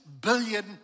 billion